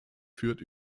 führt